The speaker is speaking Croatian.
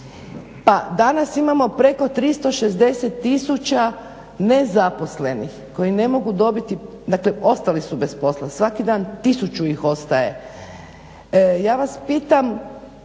Pa danas imamo preko 360 tisuća nezaposlenih koji ne mogu dobiti, dakle ostali su bez posla, svaki dan tisuću ih ostaje. Ja vas pitam,